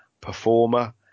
performer